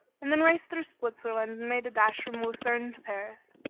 and then raced through switzerland and made a dash from luzerne to paris.